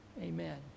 Amen